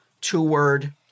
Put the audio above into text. two-word